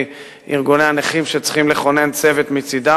ארגוני הנכים שצריכים לכונן צוות מצדם.